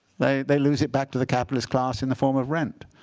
they they lose it back to the capitalist class in the form of rent.